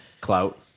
Clout